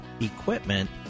equipment